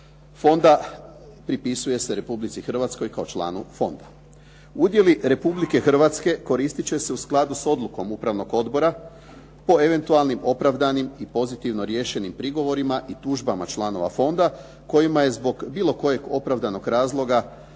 fonda pripisuje se Republici Hrvatskoj kao članu fonda. Udjeli Republike Hrvatske koristiti će se u skladu s odlukom upravnog odbora o eventualnim opravdanim i pozitivno riješenim prigovorima i tužbama članova fonda kojima je zbog bilo kojeg opravdanog razloga